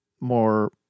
more